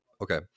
okay